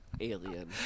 Alien